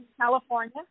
California